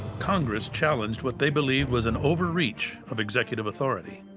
congress challenged what they believed was an overreach of executive authority.